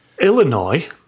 Illinois